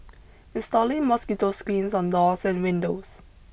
installing mosquito screens on doors and windows